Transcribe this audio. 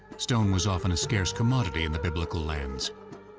stone was often a scarce commodity in the biblical lands,